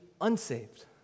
unsaved